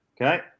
Okay